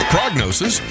Prognosis